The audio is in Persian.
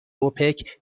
اوپک